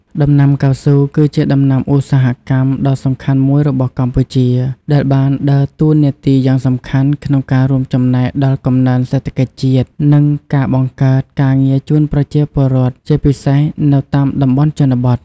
ដំណាំកៅស៊ូ គឺជាដំណាំឧស្សាហកម្មដ៏សំខាន់មួយរបស់កម្ពុជា ដែលបានដើរតួនាទីយ៉ាងសំខាន់ក្នុងការរួមចំណែកដល់កំណើនសេដ្ឋកិច្ចជាតិ និងការបង្កើតការងារជូនប្រជាពលរដ្ឋ ជាពិសេសនៅតាមតំបន់ជនបទ។